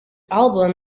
album